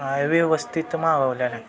आहे व्यवस्थित मागवल्या नाही